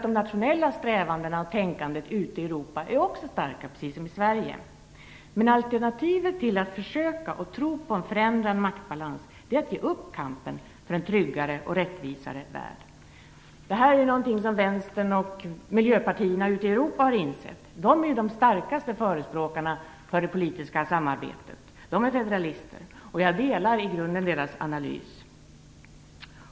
De nationella strävandena och det nationella tänkandet i Europa är också starkt, precis som i Sverige. Men alternativet till att försöka att tro på en förändrad maktbalans är att ge upp kampen för en tryggare och rättvisare värld. Detta är något som Vänstern och miljöpartierna i Europa har insett. De är de starkaste förespråkarna för det politiska samarbetet. De är federalister. Jag delar i grunden uppfattningen i deras analys.